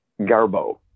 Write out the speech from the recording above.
Garbo